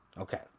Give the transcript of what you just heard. Okay